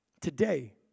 Today